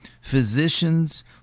physicians